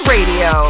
Radio